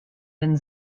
den